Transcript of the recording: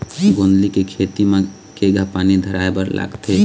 गोंदली के खेती म केघा पानी धराए बर लागथे?